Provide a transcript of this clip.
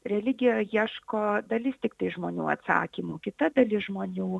religija ieško dalis tiktais žmonių atsakymų kita dalis žmonių